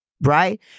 right